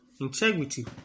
integrity